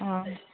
ꯑꯥ